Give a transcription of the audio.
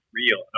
real